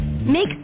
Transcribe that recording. Make